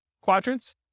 quadrants